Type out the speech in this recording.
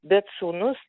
bet sūnus